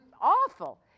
awful